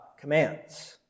commands